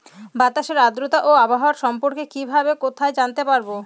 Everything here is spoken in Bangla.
বাতাসের আর্দ্রতা ও আবহাওয়া সম্পর্কে কিভাবে কোথায় জানতে পারবো?